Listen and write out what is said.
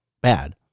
bad